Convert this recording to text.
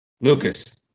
Lucas